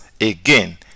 again